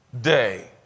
day